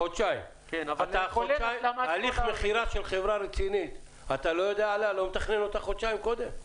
אבל הליך מכירה של חברה רצינית אתה לא מתכנן חודשיים קודם?